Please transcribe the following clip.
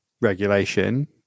regulation